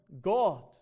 God